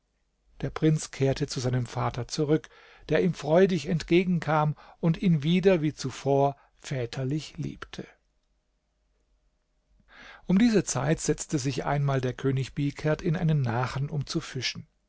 der prinz kehrte zu seinem vater zurück der ihm freudig entgegenkam und ihn wieder wie zuvor väterlich liebte um diese zeit setzte sich einmal der könig bihkerd in einen nachen um zu fischen